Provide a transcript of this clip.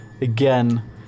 again